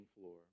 floor